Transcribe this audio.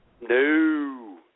No